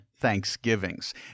thanksgivings